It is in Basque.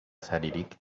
saririk